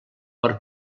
per